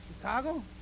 Chicago